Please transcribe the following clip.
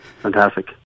Fantastic